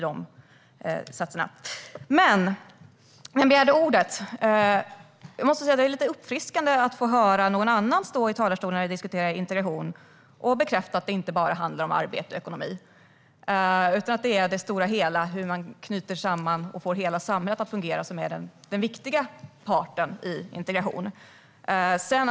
Det är lite uppfriskande att höra någon annan stå i talarstolen och diskutera integration och bekräfta att det inte bara handlar om arbete och ekonomi utan att det är hur man knyter samman och får hela samhället att fungera som är den viktiga delen i integrationen.